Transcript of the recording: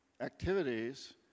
activities